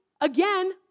again